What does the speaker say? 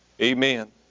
Amen